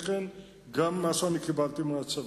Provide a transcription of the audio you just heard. זה גם מה שאני קיבלתי מהצבא.